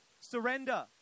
surrender